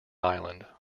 island